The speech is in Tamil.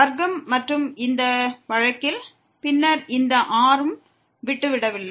வர்க்கம் மற்றும் இந்த வழக்கில் பின்னர் எந்த r ம் விடப்படவில்லை